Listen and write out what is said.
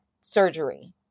surgery